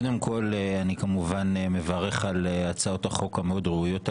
אני כמובן מברך על הצעות החוק המאוד ראויות הללו.